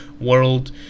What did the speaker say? world